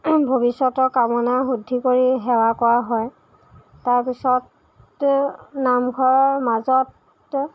ভৱিষ্যতৰ কামনা শুদ্ধি কৰি সেৱা কৰা হয় তাৰপিছতে নামঘৰৰ মাজত